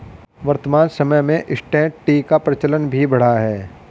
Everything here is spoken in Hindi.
वर्तमान समय में इंसटैंट टी का प्रचलन भी बढ़ा है